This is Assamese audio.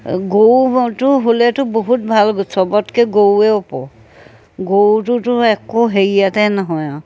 গৰুটো হ'লেতো বহুত ভাল চবতকৈ গৰুৱে ওপৰ গৰুটোতো একো হেৰিয়াতে নহয় আৰু